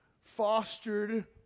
fostered